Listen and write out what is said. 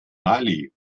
mali